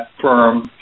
firm